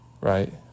right